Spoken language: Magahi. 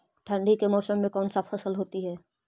ठंडी के मौसम में कौन सा फसल होती है?